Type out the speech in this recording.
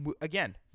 again